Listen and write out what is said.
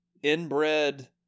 Inbred